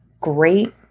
great